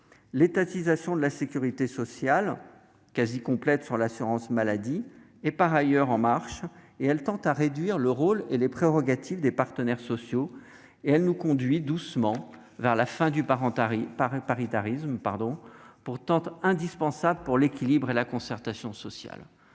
L'étatisation de la sécurité sociale- quasi complète sans l'assurance maladie -qui est en marche tend à réduire le rôle et les prérogatives des partenaires sociaux et mène doucement vers la fin du paritarisme, pourtant indispensable pour l'équilibre et la concertation sociale.